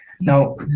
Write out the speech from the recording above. now